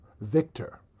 victor